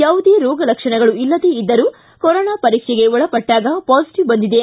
ಯಾವುದೇ ರೋಗ ಲಕ್ಷಣಗಳು ಇಲ್ಲದೇ ಇದ್ದರೂ ಕೊರೋನಾ ಪರೀಕ್ಷೆಗೆ ಒಳಪಟ್ಟಾಗ ಪಾಸಿಟಿವ್ ಬಂದಿದೆ